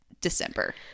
December